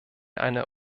eine